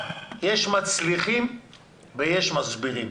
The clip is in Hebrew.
יש מצליחים ויש מסבירים.